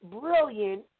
brilliant